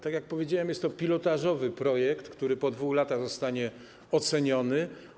Tak jak powiedziałem, jest to pilotażowy projekt, który po 2 latach zostanie oceniony.